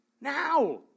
now